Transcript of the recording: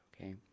Okay